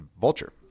Vulture